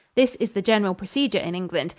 this is the general procedure in england.